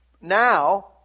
Now